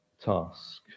task